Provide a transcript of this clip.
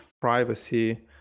privacy